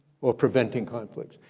or preventing conflicts,